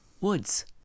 woods